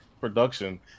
production